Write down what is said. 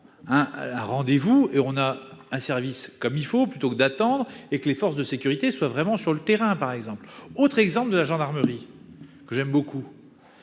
un rendez-vous et on a un service comme il faut plutôt que d'attendre et que les forces de sécurité soient vraiment sur le terrain, par exemple, autre exemple de la gendarmerie que j'aime beaucoup,